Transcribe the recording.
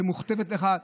שמוכתב לך,